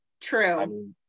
true